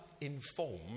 informed